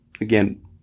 again